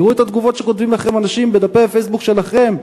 תראו את התגובות שכותבים לכם אנשים בדפי הפייסבוק שלכם,